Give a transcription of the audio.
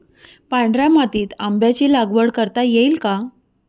पांढऱ्या मातीत आंब्याची लागवड करता येईल का?